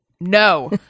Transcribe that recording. no